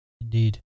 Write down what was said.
Indeed